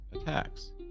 attacks